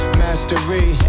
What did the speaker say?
mastery